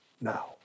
now